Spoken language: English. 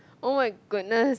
oh my goodness